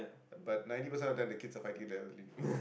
but ninety percent of the time the kids are fighting with the elderly people